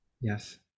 Yes